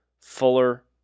Fuller